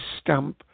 Stamp